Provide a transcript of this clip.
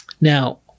Now